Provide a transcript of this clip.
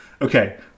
Okay